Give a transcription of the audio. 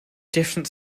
different